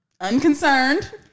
unconcerned